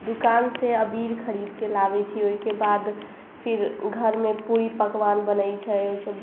दुकान से अबीर खरीदके लाबै छी ओहिके बाद फिर घरमे पूरी पकबान बनै छै ओहिके